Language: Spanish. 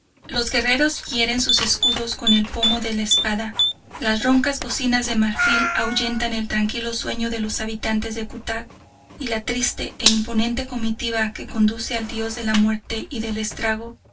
los guerreros hieren sus escudos con el pomo de la espada las roncas bocinas de marfil ahuyentan el tranquilo sueño de los habitantes de cutac y la triste e imponente comitiva que conduce al dios de la muerte y del estrago